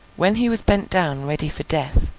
when he was bent down ready for death,